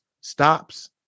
stops